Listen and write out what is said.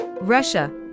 Russia